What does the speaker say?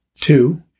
Two